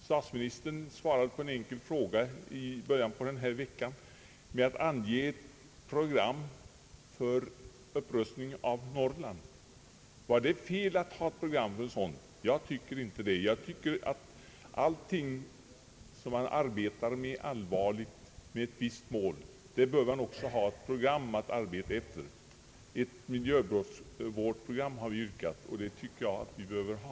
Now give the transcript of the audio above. Statsministern svarade i början av den här veckan på en enkel fråga med att ange ett program för upprustning av Norrland. Var det fel att ha ett program för en sådan upprustning? Jag anser att allt som man allvarligt arbetar med i syfte att nå ett visst mål, det bör man också ha ett program för. Vi har yrkat på ett miljövårdsprogram, och det tycker jag att vi bör ha.